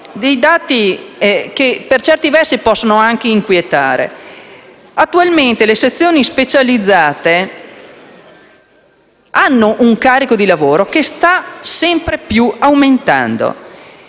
dati, che per certi versi possono anche inquietare. Attualmente le sezioni specializzate hanno un carico di lavoro che sta aumentando